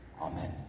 Amen